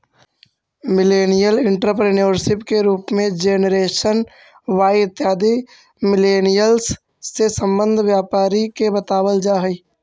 millennial entrepreneurship के रूप में जेनरेशन वाई इत्यादि मिलेनियल्स् से संबंध व्यापारी के बतलावल जा हई